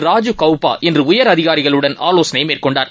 ராஜீவ் கவுபா இன்றஉயர் அதிகாரிகளுடன் ஆவோசனைமேற்கொண்டார்